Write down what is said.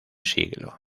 siglo